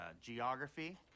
Geography